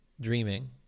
dreaming